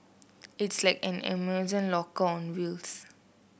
it's like an Amazon lock on wheels